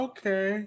Okay